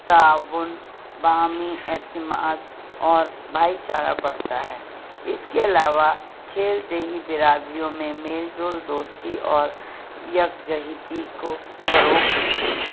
تعاون باہمی اعتماد اور بھائی چارہ بڑھتا ہے اس کے علاوہ کھیل دیہی برادیوں میں میل جول دوستی اور یکجہتی کو فروغ دیتے ہیں